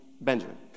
Benjamin